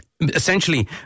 essentially